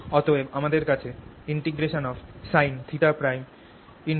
অতএব আমাদের কাছে sinθ' cosՓ'